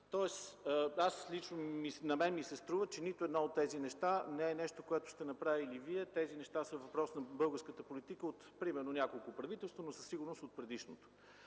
мен лично ми се струва, че нито едно от тези неща не е нещо, което сте направили Вие. Тези неща са въпрос на българската политика, примерно от няколко правителства, но със сигурност от предишното.